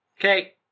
Okay